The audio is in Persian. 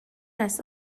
است